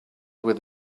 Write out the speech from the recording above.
with